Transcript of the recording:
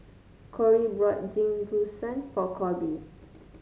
Corey bought Jingisukan for Koby